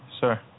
Sir